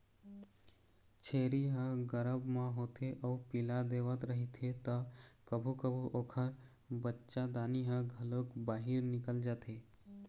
छेरी ह गरभ म होथे अउ पिला देवत रहिथे त कभू कभू ओखर बच्चादानी ह घलोक बाहिर निकल जाथे